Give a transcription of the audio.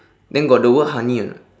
then got the word honey or not